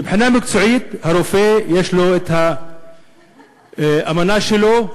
מבחינה מקצועית, לרופא יש את האמנה שלו,